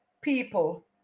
people